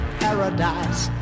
paradise